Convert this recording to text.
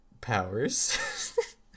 powers